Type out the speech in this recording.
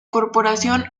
corporación